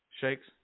Shakes